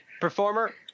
Performer